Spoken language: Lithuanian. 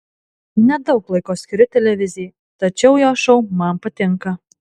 nedaug laiko skiriu televizijai tačiau jo šou man patinka